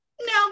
no